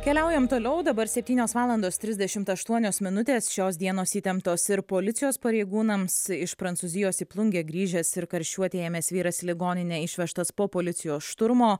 keliaujam toliau dabar septynios valandos trisdešimt aštuonios minutės šios dienos įtemptos ir policijos pareigūnams iš prancūzijos į plungę grįžęs ir karščiuoti ėmęs vyras į ligoninę išvežtas po policijos šturmo